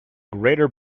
greater